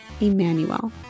Emmanuel